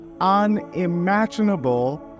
unimaginable